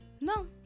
No